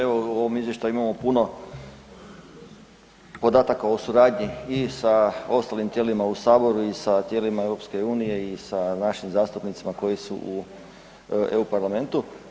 Evo u ovom izvještaju imamo puno podataka o suradnji i sa ostalim tijelima u Saboru i sa tijelima EU i sa našim zastupnicima koji su u EU parlamentu.